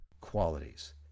qualities